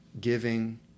giving